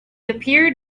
appeared